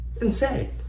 insane